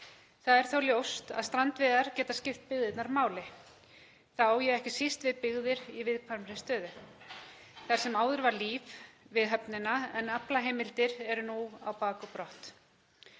Þó er ljóst að strandveiðar geta skipt byggðirnar máli. Þá á ég ekki síst við byggðir í viðkvæmri stöðu, þar sem áður var líf við höfnina en aflaheimildir eru nú á bak og brott.